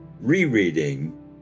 rereading